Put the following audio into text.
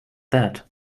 that